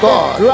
God